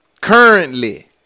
currently